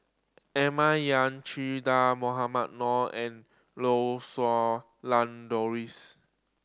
Emma Yong Che Dah Mohamed Noor and Lau Siew Lang Doris